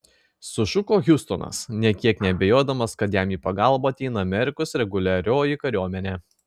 sušuko hiustonas nė kiek neabejodamas kad jam į pagalbą ateina amerikos reguliarioji kariuomenė